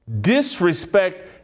Disrespect